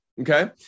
Okay